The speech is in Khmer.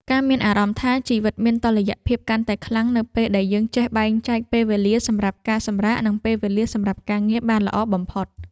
ការមានអារម្មណ៍ថាជីវិតមានតុល្យភាពកាន់តែខ្លាំងនៅពេលដែលយើងចេះបែងចែកពេលវេលាសម្រាប់ការសម្រាកនិងពេលវេលាសម្រាប់ការងារបានល្អបំផុត។